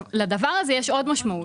לדבר הזה יש עוד משמעות